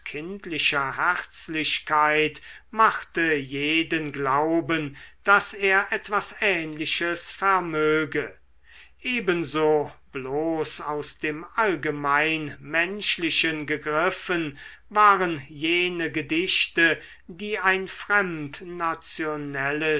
kindlicher herzlichkeit machte jeden glauben daß er etwas ähnliches vermöge ebenso bloß aus dem allgemeinmenschlichen gegriffen waren jene gedichte die ein